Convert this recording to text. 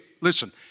Listen